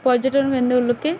পর্যটন কেন্দ্র গুলোকে